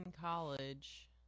college